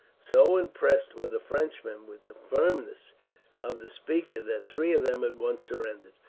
so impressed were the frenchmen with the firmness of the speaker that three of them at once surrendered,